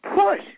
push